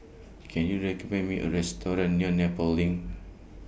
Can YOU recommend Me A Restaurant near Nepal LINK